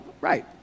right